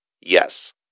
Yes